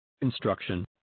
Instruction